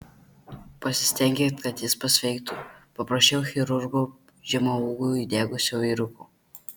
pasistenkit kad jis pasveiktų paprašiau chirurgo žemaūgio įdegusio vyruko